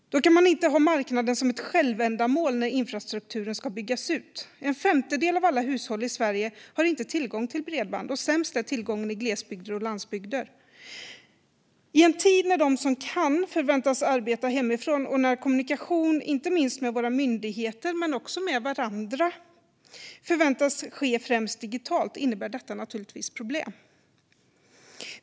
Då kan man inte ha marknaden som ett självändamål när infrastrukturen ska byggas ut. En femtedel av alla hushåll i Sverige har inte tillgång till bredband, och sämst är tillgången i glesbygder och landsbygder. I en tid när de som kan förväntas arbeta hemifrån och när kommunikation inte minst med våra myndigheter men också med varandra förväntas ske främst digitalt innebär detta naturligtvis problem.